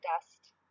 dust